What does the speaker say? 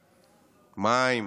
מים,